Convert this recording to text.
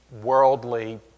worldly